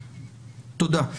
תודה.